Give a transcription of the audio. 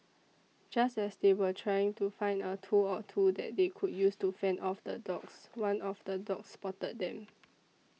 just as they were trying to find a tool or two that they could use to fend off the dogs one of the dogs spotted them